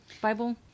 Bible